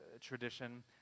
tradition